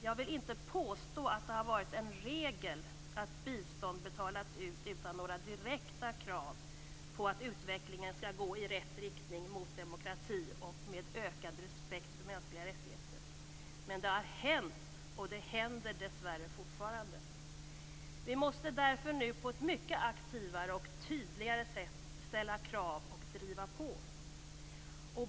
Jag vill inte påstå att det har varit en regel att bistånd har betalats ut utan några direkta krav på att utvecklingen skall gå i rätt riktning mot demokrati och ökad respekt för mänskliga rättigheter. Men det har hänt, och det händer dessvärre fortfarande. Vi måste därför nu på ett mycket aktivare och tydligare sätt ställa krav och driva på.